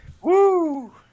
Woo